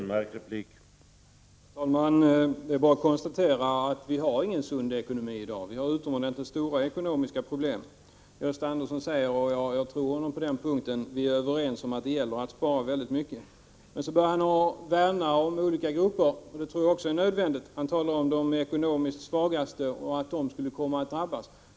Herr talman! Det är bara att konstatera att vi i dag inte har någon sund ekonomi. Vi har utomordentligt stora ekonomiska problem. Gösta Andersson sade, och jag tror honom på den punkten, att vi är överens om att det gäller att spara väldigt mycket. Men så började han tala om konsekvenserna av sparandet för olika grupper, vilket också jag tror är nödvändigt att ta i beaktande. Gösta Andersson sade att de ekonomiskt svagaste skulle komma att drabbas.